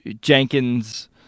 Jenkins